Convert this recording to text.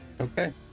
Okay